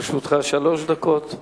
לרשותך שלוש דקות.